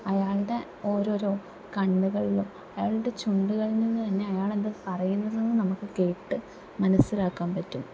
അയാളുടെ ഓരോരോ കണ്ണുകളിലും അയാളുടെ ചുണ്ടുകളില് നിന്ന് തന്നെ അയാള് എന്താ പറയുന്നതെന്ന് നമുക്ക് കേട്ട് മനസിലാക്കാൻ പറ്റും